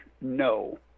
no